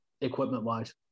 equipment-wise